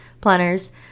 planners